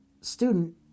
student